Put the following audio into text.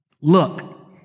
Look